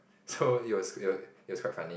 so it was it was it was quite funny